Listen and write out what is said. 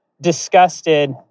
disgusted